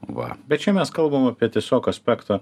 va bet čia mes kalbam apie tiesiog aspektą